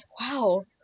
wow